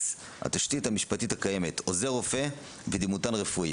התשתית המשפטית הקיימת: עוזר רופא ודימותן רפואי.